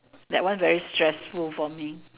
that one very stressful for me